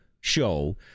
show